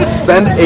spend